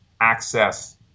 access